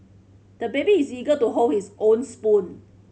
the baby is eager to hold his own spoon